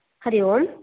Hari Om